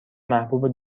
محبوب